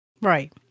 right